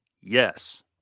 yes